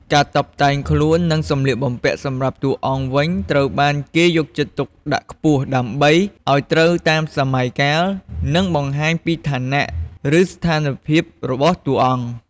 ការតុបតែងខ្លួននិងសម្លៀកបំពាក់សម្រាប់តួអង្គវិញត្រូវបានគេយកចិត្តទុកដាក់ខ្ពស់ ដើម្បីឱ្យត្រូវតាមសម័យកាល និងបង្ហាញពីឋានៈ ឬស្ថានភាពរបស់តួអង្គ ។